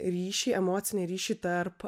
ryšį emocinį ryšį tarp